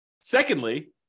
secondly